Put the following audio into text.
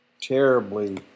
terribly